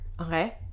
Okay